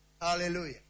Hallelujah